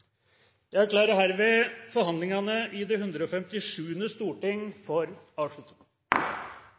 Jeg erklærer herved forhandlingene i det 157. storting for